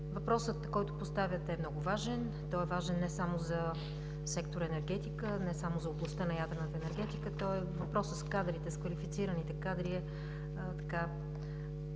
въпросът, който поставяте, е много важен. Той е важен не само за сектор „Енергетика“, не само за областта на ядрената енергетика, но въпросът с квалифицираните кадри е